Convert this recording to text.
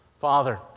Father